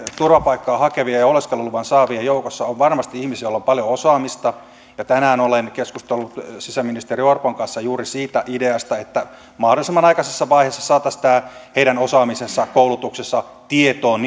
turvapaikkaa hakevien ja oleskeluluvan saavien joukossa on varmasti ihmisiä joilla on paljon osaamista ja tänään olen keskustellut sisäministeri orpon kanssa juuri siitä ideasta että mahdollisimman aikaisessa vaiheessa saataisiin tämä heidän osaamisensa koulutuksensa tietoon